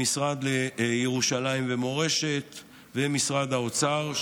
המשרד לירושלים ומורשת ומשרד האוצר,